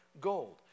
gold